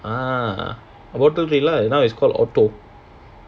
uh water villa ah that [one] is called orto